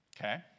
Okay